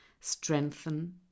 strengthen